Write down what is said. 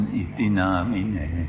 itinamine